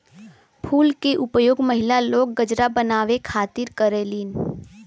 फूल के उपयोग महिला लोग गजरा बनावे खातिर करलीन